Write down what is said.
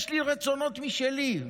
יש לי רצונות משלי,